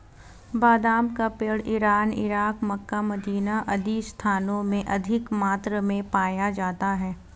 बादाम का पेड़ इरान, इराक, मक्का, मदीना आदि स्थानों में अधिक मात्रा में पाया जाता है